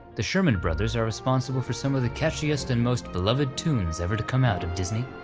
the sherman brothers are responsible for some of the catchiest and most beloved tunes ever to come out of disney.